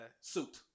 Suit